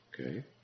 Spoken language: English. okay